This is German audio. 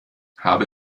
habe